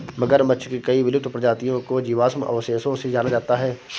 मगरमच्छ की कई विलुप्त प्रजातियों को जीवाश्म अवशेषों से जाना जाता है